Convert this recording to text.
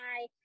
hi